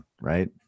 right